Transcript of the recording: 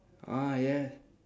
ah yeah